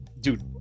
dude